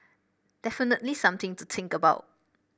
definitely something to think about